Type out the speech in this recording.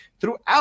throughout